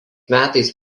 metais